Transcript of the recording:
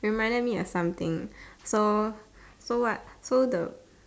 reminded me of something so so what so the